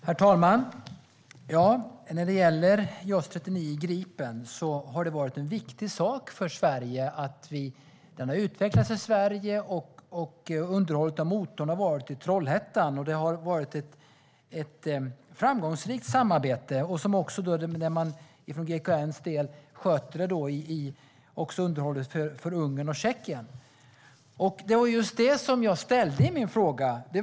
Herr talman! JAS 39 Gripen har varit en viktig sak för Sverige. Det har utvecklats i Sverige. Underhållet av motorn har skett i Trollhättan. Det har varit ett framgångsrikt samarbete, och för GKN:s del sköter man också underhållet för Ungern och Tjeckien. Det var just det som jag tog upp i min fråga.